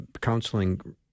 counseling